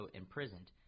imprisoned